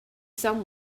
some